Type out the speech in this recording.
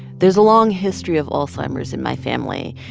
there is a long history of alzheimer's in my family.